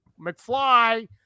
mcfly